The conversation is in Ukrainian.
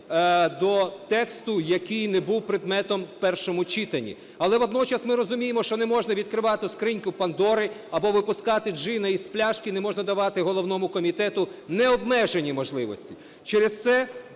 до тексту, який не був предметом в першому читанні. Але водночас ми розуміємо, що не можна відкривати скриньку Пандори або випускати джина із пляшки, не можна давати головному комітету необмежені можливості.